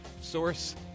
Source